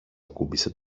ακούμπησε